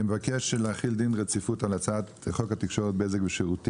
אני מבקש להחיל דין רציפות על הצעת חוק התקשורת (בזק ושידורים)